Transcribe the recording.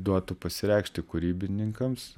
duotų pasireikšti kūrybininkams